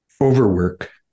overwork